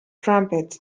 trumpets